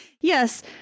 Yes